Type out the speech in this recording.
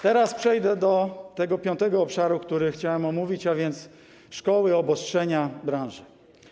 Teraz przejdę do tego piątego obszaru, który chciałem omówić: szkoły, obostrzenia, branże.